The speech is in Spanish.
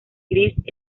gris